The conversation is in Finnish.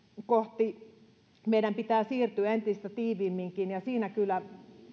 kohti meidän pitää siirtyä entistä tiiviimminkin ja siinä kyllä